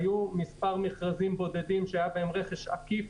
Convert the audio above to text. היו כמה מכרזים בודדים שהיה בהם רכש עקיף,